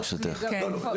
זה בדיוק הדיסוננס.